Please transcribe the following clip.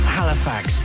Halifax